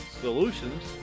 solutions